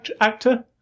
actor